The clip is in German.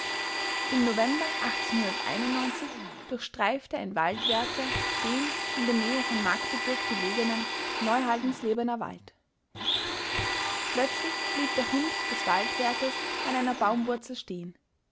im november durchstreifte ein waldwärter den in der nähe von magdeburg belegenen neuhaldenslebener wald plötzlich blieb der hund des waldwärters an einer baumwurzel stehen